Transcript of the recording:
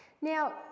Now